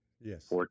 Yes